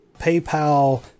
PayPal